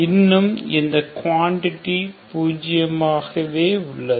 இன்னும் இந்த குவாண்டிட்டி பூஜ்ஜியமாகவே உள்ளது